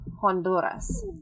Honduras